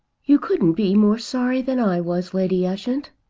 you couldn't be more sorry than i was, lady ushant.